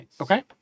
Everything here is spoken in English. Okay